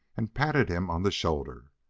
and patted him on the shoulder,